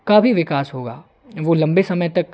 का भी विकास होगा वो लम्बे समय तक